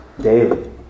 daily